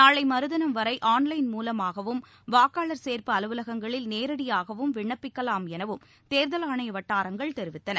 நாளை மறுதினம் வரை ஆன்லைன் மூலமாகவும் வாக்காளர் சேர்ப்பு அலுவலகங்களில் நேரடியாகவும் விண்ணப்பிக்கலாம் எனவும் தேர்தல் ஆணைய வட்டாரங்கள் தெரிவித்துள்ளன